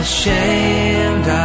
Ashamed